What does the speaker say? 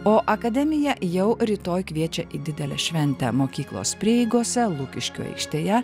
o akademija jau rytoj kviečia į didelę šventę mokyklos prieigose lukiškių aikštėje